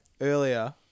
earlier